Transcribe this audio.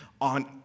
on